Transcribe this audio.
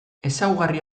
ezaugarri